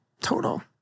total